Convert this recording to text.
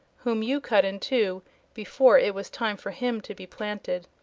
whom you cut in two before it was time for him to be planted.